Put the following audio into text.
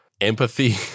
empathy